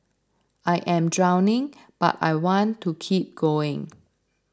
I am drowning but I want to keep going